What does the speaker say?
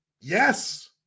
Yes